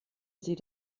sie